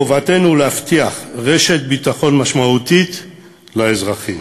חובתנו להבטיח רשת ביטחון משמעותית לאזרחים,